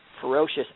ferocious